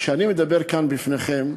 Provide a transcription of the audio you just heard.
כשאני מדבר כאן לפניכם,